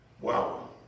Wow